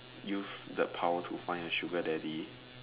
use the power to find a sugar daddy